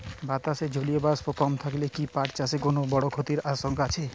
বাতাসে জলীয় বাষ্প কম থাকলে কি পাট চাষে কোনো বড় ক্ষতির আশঙ্কা আছে?